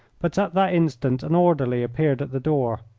but at that instant an orderly appeared at the door.